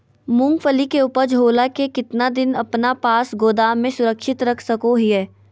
मूंगफली के ऊपज होला के बाद कितना दिन अपना पास गोदाम में सुरक्षित रख सको हीयय?